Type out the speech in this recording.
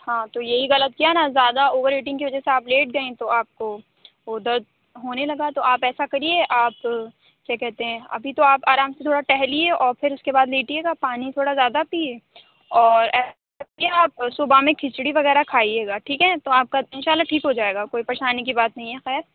ہاں تو یہی غلط کیا نہ زیادہ اوور ایٹنگ کی وجہ سے آپ لیٹ گئیں تو آپ کو وہ درد ہونے لگا تو آپ ایسا کریے آپ کیا کہتے ہیں ابھی تو آپ ارام سے تھوڑا ٹہلیے اور پھر اس کے بعد لیٹیے گا پانی تھوڑا زیادہ پیے اور ایسا صبح میں کھچڑی وغیرہ کھائیے گا ٹھیک ہے تو آپ کا ان شآء اللہ ٹھیک ہو جائے گا کوئی پریشانی کی بات نہیں ہے خیر